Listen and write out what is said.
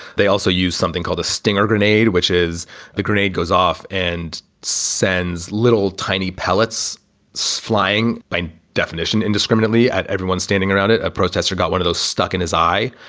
they also use something called a stinger grenade, which is the grenade goes off and sends little tiny pellets flying, by definition indiscriminately at everyone standing around it. a protester got one of those stuck in his eye.